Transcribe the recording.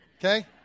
Okay